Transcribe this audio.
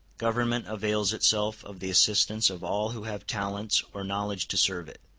government avails itself of the assistance of all who have talents or knowledge to serve it.